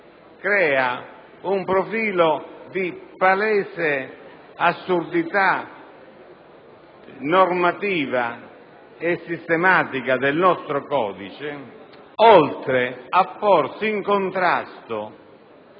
crea un profilo di palese assurdità normativa e sistematica del nostro codice, oltre a porsi in contrasto